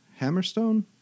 Hammerstone